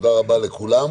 תודה רבה לכולם.